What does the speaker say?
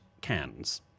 cans